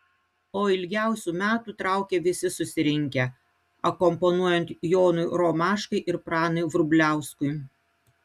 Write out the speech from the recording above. o ilgiausių metų traukė visi susirinkę akompanuojant jonui romaškai ir pranui vrubliauskui